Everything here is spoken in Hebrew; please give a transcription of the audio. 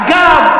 אגב,